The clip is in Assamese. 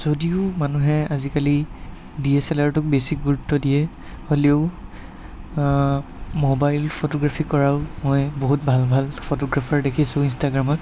যদিও মানুহে আজিকালি ডি এছ এল আৰ টোক বেছি গুৰুত্ব দিয়ে হ'লেও মোবাইল ফটোগ্ৰাফি কৰাও মই বহুত ভাল ভাল ফটোগ্ৰাফাৰ দেখিছোঁ ইনষ্টাগ্ৰামত